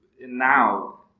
now